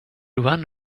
one